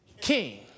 king